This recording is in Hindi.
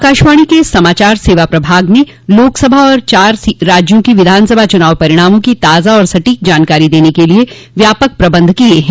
आकाशवाणी के समाचार सेवा प्रभाग ने लोकसभा और चार राज्यों की विधानसभा चुनाव परिणामों की ताजा और सटीक जानकारी देने के लिए व्यापक प्रबंध किये हैं